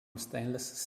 stainless